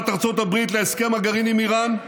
ארצות הברית להסכם הגרעין עם איראן?